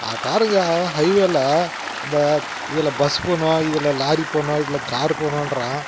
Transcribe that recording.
பாருங்கள் ஹைவேயில் இந்த இதில் பஸ் போகணும் இதில் லாரி போகணும் இதில் கார் போகணுன்றான்